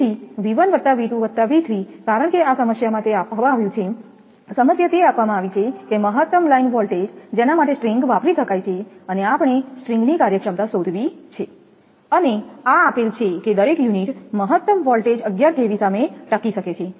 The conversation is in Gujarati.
તેથી V1 V2 V3 કારણ કે આ સમસ્યામાં તે આપવામાં આવ્યું છે સમસ્યા તે આપવામાં આવે છે કે મહત્તમ લાઇન વોલ્ટેજ જેના માટે સ્ટ્રિંગ વાપરી શકાય છે અને આપણે સ્ટ્રિંગ ની કાર્યક્ષમતા શોધવી છે અને આ આપેલ છે કે દરેક યુનિટ મહત્તમ વોલ્ટેજ 11 kV સામે ટકી શકે છે